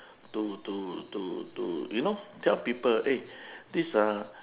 to to to to you know tell people eh these are